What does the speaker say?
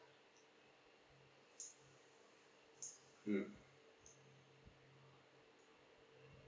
mm